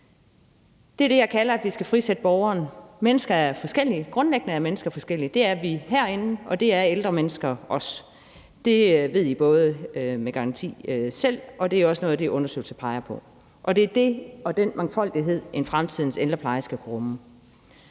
Det er det, jeg kalder at frisætte borgerne. Grundlæggende er mennesker forskellige. Det er vi herinde, og det er ældre mennesker også. Det ved I med garanti både selv, og det er også noget af det, undersøgelser peger på. Og det er det og den mangfoldighed, fremtidens ældrepleje skal kunne rumme.